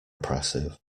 oppressive